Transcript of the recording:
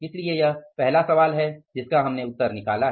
इसलिए यह पहला सवाल है